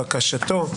בקשתו,